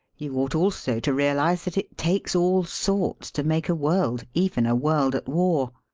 yoa ought also to realise that it takes all sorts to make a world, even a world at war.